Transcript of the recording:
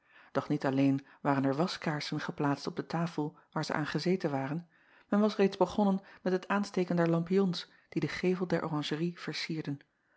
och niet alleen waren er waskaarsen geplaatst op de tafel waar zij aan gezeten waren men was reeds begonnen met het aansteken der lampions die den gevel der oranjerie vercierden